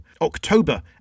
October